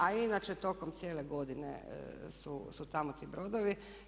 A i inače tokom cijele godine su tamo ti brodovi.